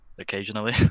Occasionally